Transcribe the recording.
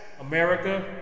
America